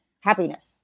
happiness